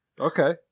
Okay